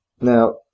now